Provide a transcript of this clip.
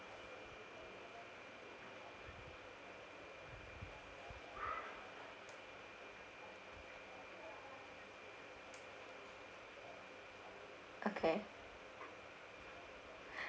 okay